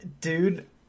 Dude